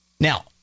Now